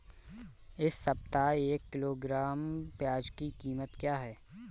इस सप्ताह एक किलोग्राम प्याज की कीमत क्या है?